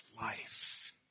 life